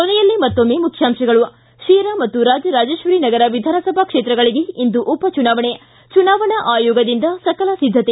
ಕೊನೆಯಲ್ಲಿ ಮತ್ತೊಮ್ಮೆ ಮುಖ್ಯಾಂಶಗಳು ಿ ಶಿರಾ ಮತ್ತು ರಾಜರಾಜೇಶ್ವರಿ ನಗರ ವಿಧಾನಸಭಾ ಕ್ಷೇತ್ರಗಳಿಗೆ ಇಂದು ಉಪಚುನಾವಣೆ ಚುನಾವಣಾ ಆಯೋಗದಿಂದ ಸಕಲ ಸಿದ್ದತೆ